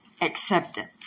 Acceptance